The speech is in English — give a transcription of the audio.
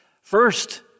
first